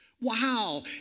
wow